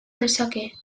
dezake